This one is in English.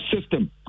system